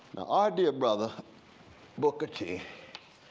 ah dear brother booker t.